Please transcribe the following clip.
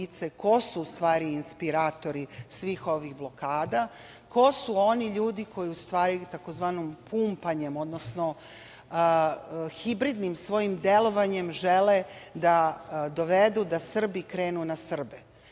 ko su, u stvari, inspiratori svih ovih blokada, ko su oni ljudi koji tzv. pumpanjem, odnosno hibridnim svojim delovanjem žele da dovedu da Srbi krenu na Srbe.